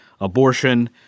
abortion